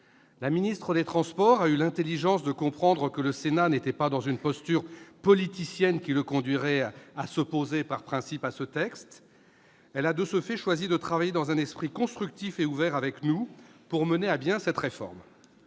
La ministre des transports a eu l'intelligence de comprendre que le Sénat n'était pas dans une posture politicienne qui le conduirait à s'opposer par principe à ce texte. De ce fait, elle a choisi de travailler avec nous dans un esprit constructif et ouvert pour mener à bien cette réforme.